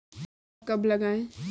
मक्का कब लगाएँ?